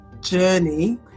journey